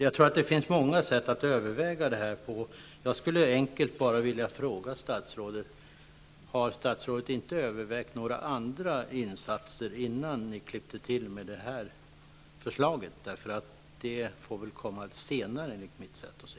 Jag tror att det finns många sätt att resonera på. Jag skulle helt enkelt vilja fråga statsrådet: Har statsrådet inte övervägt några andra insatser, innan ni klippte till med det här förslaget? Enligt mitt sätt att se borde åtgärderna komma senare.